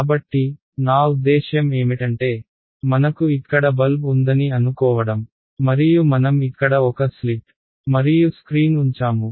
కాబట్టి నా ఉద్దేశ్యం ఏమిటంటే మనకు ఇక్కడ బల్బ్ ఉందని అనుకోవడం మరియు మనం ఇక్కడ ఒక స్లిట్ మరియు స్క్రీన్ ఉంచాము